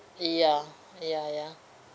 ya ya ya